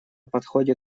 подходе